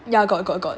ya got got got